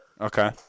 Okay